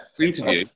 interview